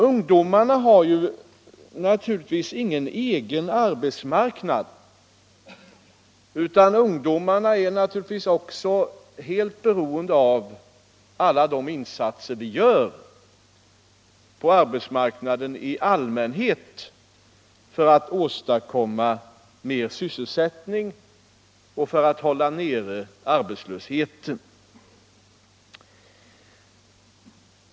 Ungdomarna har naturligtvis ingen egen arbetsmarknad, utan ungdomarna är också helt beroende av alla de insatser vi gör på arbetsmarknaden i allmänhet för att åstadkomma mer sysselsättning och för att hålla nere arbetslösheten.